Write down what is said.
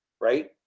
right